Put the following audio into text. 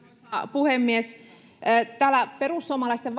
puhemies perussuomalaisten